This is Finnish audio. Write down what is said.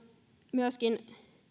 myöskin